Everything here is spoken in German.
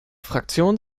fraktion